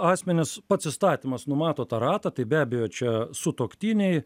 asmenys pats įstatymas numato tą ratą tai be abejo čia sutuoktiniai